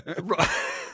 Right